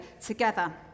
together